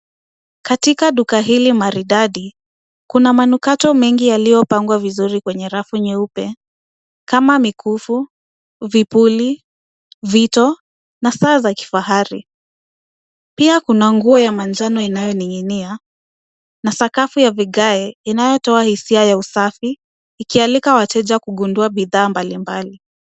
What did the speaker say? Katika duka hili maridadi kuna manukato mengi yaliyopangwa vizuri kwenye rafu nyeupe kama mikufu, vipuli, vito na saa za kifahari, pia kuna nguo ya manjano inayoning'inia na sakafu ya vigae inayotoa hisia ya usafi ikialika wateja kugundua bidhaa mbalimbali.